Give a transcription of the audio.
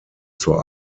zur